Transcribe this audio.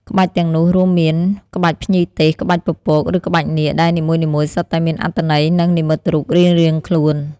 ក្បាច់ទាំងនោះរួមមាន ក្បាច់ភ្ញីទេស ក្បាច់ពពក ឬក្បាច់នាគ ដែលនីមួយៗសុទ្ធតែមានអត្ថន័យ និងនិមិត្តរូបរៀងៗខ្លួន។